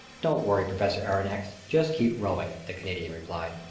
don't worry, professor aronnax, just keep rowing! the canadian replied.